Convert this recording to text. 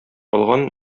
алган